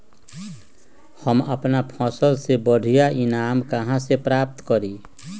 हम अपन फसल से बढ़िया ईनाम कहाँ से प्राप्त करी?